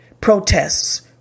protests